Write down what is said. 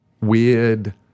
weird